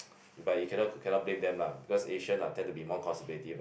but you cannot cannot blame them lah because Asian are tend to be more conservative mah